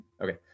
Okay